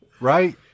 Right